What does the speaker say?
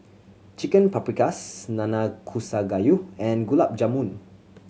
Chicken Paprikas Nanakusa Gayu and Gulab Jamun